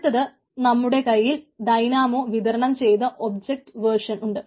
അടുത്തത് നമ്മുടെ കയ്യിൽ ഡൈനാമോ വിതരണം ചെയ്ത ഒബ്ജക്റ്റ് വേർഷൻ ഉണ്ട്